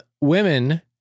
women